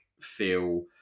feel